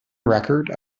record